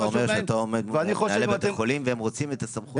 אתה אומר שאתה עומד מול מנהלי בתי החולים והם רוצים את הסמכות.